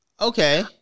Okay